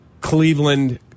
Cleveland